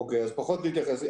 אוקיי, אז פחות להתייחס.